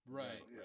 right